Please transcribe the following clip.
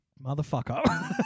motherfucker